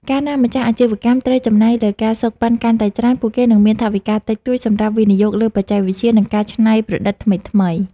កាលណាម្ចាស់អាជីវកម្មត្រូវចំណាយលើ ការសូកប៉ាន់ កាន់តែច្រើន ពួកគេនឹងមានថវិកាតិចតួចសម្រាប់វិនិយោគលើបច្ចេកវិទ្យា និងការច្នៃប្រឌិតថ្មីៗ។